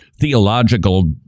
theological